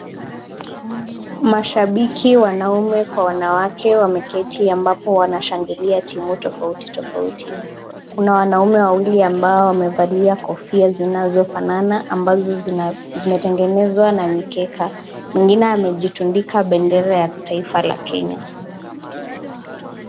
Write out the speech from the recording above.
Mashabiki wanaume kwa wanawake wameketi ambapo wanashangilia timu tofauti tofauti. Kuna wanaume wawili ambao wamevalia kofia zinazofanana ambazo zimetengenezwa na mikeka. Mwingine amejitandika bendera ya taifa la Kenya.